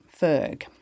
Ferg